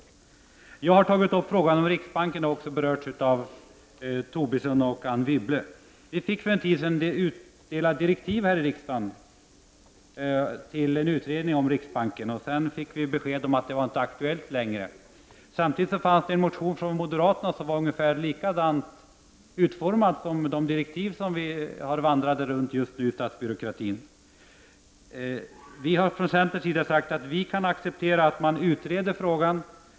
Jag har tidigare tagit upp frågan om riksbanken, vilken också har berörts av Lars Tobisson och Anne Wibble. Vi fick för en tid sedan utdelat till oss här i riksdagen direktiv till en utredning om riksbanken. Sedan fick vi besked om att det inte var aktuellt längre. Samtidigt fanns det en motion från moderaterna som var ungefär likadant utformad som de direktiv som just nu vandrar runt i statsbyråkratin. Vi har från centern sagt att vi kan acceptera att man utreder frågan.